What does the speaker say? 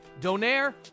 Donaire